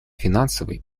финансовый